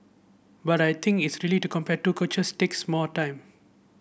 but I think is really to compare two coaches takes more time